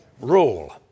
rule